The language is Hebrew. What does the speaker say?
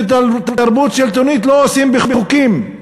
ותרבות שלטונית לא עושים בחוקים.